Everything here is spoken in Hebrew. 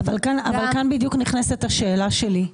אבל כאן בדיוק נכנסת השאלה שלי,